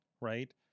right